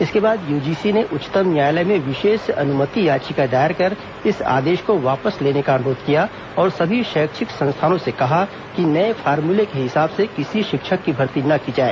इसके बाद यूजीसी ने उच्चतम न्यायालय में विशेष अनुमति याचिका दायर कर इस आदेश को वापस लेने का अनुरोध किया और सभी शैक्षिक संस्थानों से कहा कि नए फॉर्मूले के हिसाब से किसी शिक्षक की भर्ती न की जाए